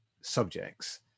subjects